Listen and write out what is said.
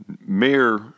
Mayor